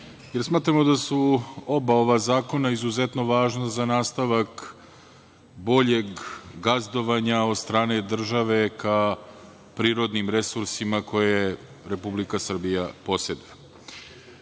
jer smatramo da su oba ova zakona izuzetno važna za nastavak boljeg gazdovanja od strane države ka prirodnim resursima koje Republika Srbija poseduje. Ja